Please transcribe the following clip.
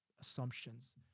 assumptions